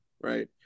right